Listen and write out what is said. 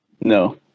No